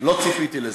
לא ציפיתי לזה.